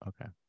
Okay